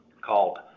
called